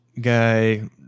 guy